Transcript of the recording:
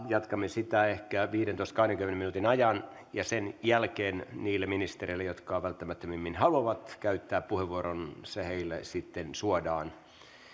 jatkamme sitä ehkä viidentoista viiva kahdenkymmenen minuutin ajan ja sen jälkeen niille ministereille jotka välttämättömimmin haluavat käyttää puheenvuoron se sitten suodaan